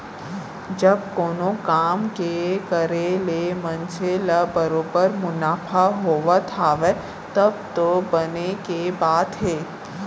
जब कोनो काम के करे ले मनसे ल बरोबर मुनाफा होवत हावय तब तो बने के बात हे